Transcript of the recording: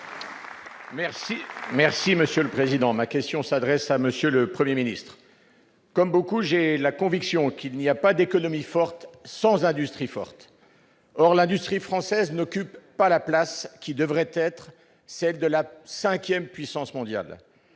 Les Républicains. Ma question s'adresse à M. le Premier ministre. Comme beaucoup, j'ai la conviction qu'il n'y a pas d'économie forte sans industrie forte. Or l'industrie française n'occupe pas la place qui devrait être celle de la cinquième puissance mondiale.